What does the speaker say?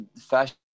fashion